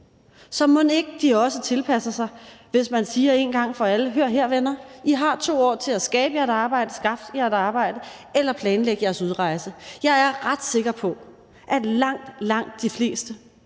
Så mon ikke også de tilpasser sig, hvis man én gang for alle siger: Hør her, venner, i har 2 år til at skabe jer et arbejde, skaffe jer et arbejde eller planlægge jeres udrejse. Jeg er ret sikker på, at langt, langt de fleste